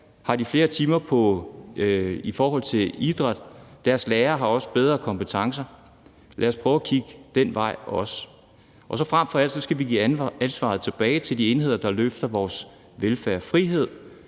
har de flere idrætstimer; deres lærere har også bedre kompetencer. Lad os prøve at kigge den vej også. Frem for alt skal vi give ansvaret tilbage til de enheder, der løfter vores velfærd. Der